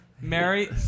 Mary